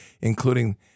including